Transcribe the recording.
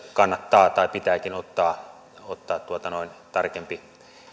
kannattaa tai pitääkin ottaa ottaa tarkempi